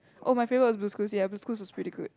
oh my favourite was Blue's-Clues ya Blue's-Clues is pretty good